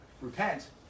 repent